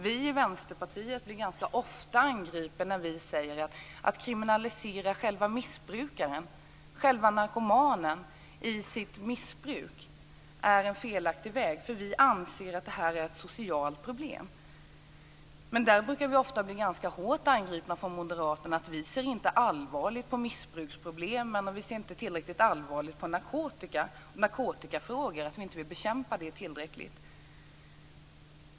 Vi i Vänsterpartiet blir ganska ofta angripna när vi säger att det är en felaktig väg att kriminalisera själva missbrukaren, själva narkomanen, i dennes missbruk. Vi anser nämligen att det här är ett socialt problem. Där blir vi alltså ofta ganska hårt angripna från Moderaterna som menar att vi inte ser allvarligt på missbruksproblemen och att vi inte ser tillräckligt allvarligt på narkotikan och narkotikafrågorna. Vi skulle inte tillräckligt vilja bekämpa sådant.